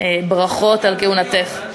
ברכות על כהונתך.